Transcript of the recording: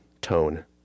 tone